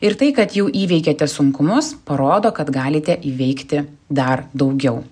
ir tai kad jau įveikėte sunkumus parodo kad galite įveikti dar daugiau